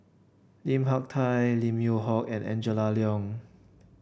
Lim Hak Tai Lim Yew Hock and Angela Liong